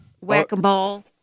Whack-a-mole